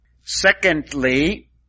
Secondly